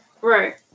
Right